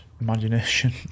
imagination